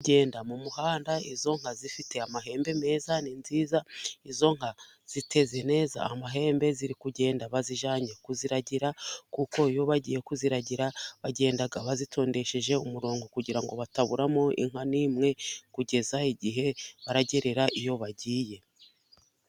Inka ziri kugenda mu muhanda. Izo nka zifite amahembe meza. Ni nziza, izo nka ziteze neza amahembe. Ziri kugenda, bazijyanye kuziragira. Kuko iyo bagiye kuziragira bagenda bazitondesheje umurongo, kugira ngo bataburamo inka n'imwe, kugeza igihe baragerera iyo bagiye.